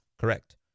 Correct